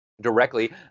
directly